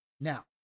Now